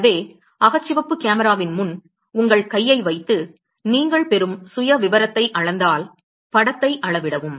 எனவே அகச்சிவப்பு கேமராவின் முன் உங்கள் கையை வைத்து நீங்கள் பெறும் சுயவிவரத்தை அளந்தால் படத்தை அளவிடவும்